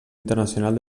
internacional